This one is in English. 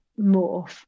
morph